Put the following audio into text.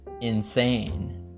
insane